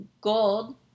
gold